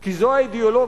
כי זו האידיאולוגיה.